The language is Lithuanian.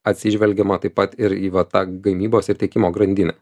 atsižvelgiama taip pat ir į va tą gamybos ir tiekimo grandinę